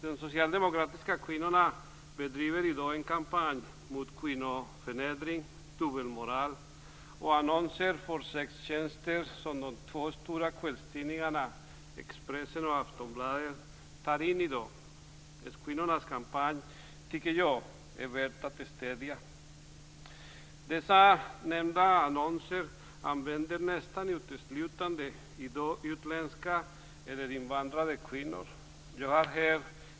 De socialdemokratiska kvinnorna bedriver i dag en kampanj mot kvinnoförnedring, dubbelmoral och annonser för sextjänster som de två stora kvällstidningarna, Expressen och Aftonbladet, tar in. S-kvinnornas kampanj tycker jag är värd att stödja. I dessa nämnda annonser handlar det i dag nästan uteslutande om utländska eller invandrade kvinnor.